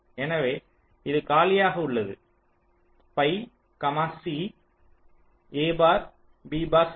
எனவே இது காலியாக உள்ளது பை இது c a bar b C